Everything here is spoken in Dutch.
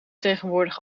tegenwoordig